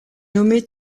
nommée